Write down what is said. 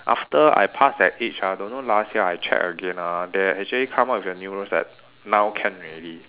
after I pass that age ah don't know last year I check again ah they actually come up with a new rules that now can already